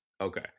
okay